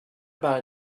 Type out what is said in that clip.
about